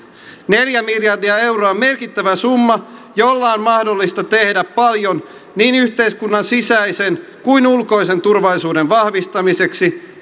neljä miljardia euroa on merkittävä summa jolla on mahdollista tehdä paljon niin yhteiskunnan sisäisen kuin ulkoisen turvallisuuden vahvistamiseksi